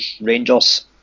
Rangers